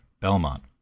BELMONT